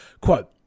Quote